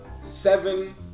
seven